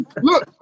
Look